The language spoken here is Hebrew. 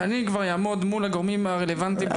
ואני כבר אעמוד מול הגורמים הרלוונטיים במשרד.